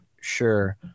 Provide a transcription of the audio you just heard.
sure